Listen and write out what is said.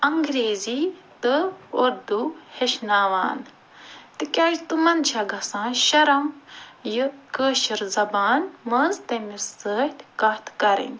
انگریٖزی تہٕ اُردو ہیٚچھناوان تِکیٛازِ تِمَن چھِ گژھان شرٕم یہِ کٲشِر زبان منٛز تٔمِس سۭتۍ کَتھ کَرٕنۍ